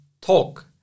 talk